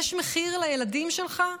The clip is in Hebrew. יש מחיר לילדים שלך?